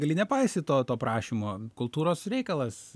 gali nepaisyt to to prašymo kultūros reikalas